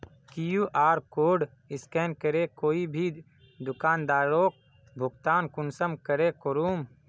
QR code scan करे कोई भी दुकानदारोक भुगतान कुंसम करे करूम?